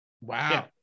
wow